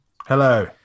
Hello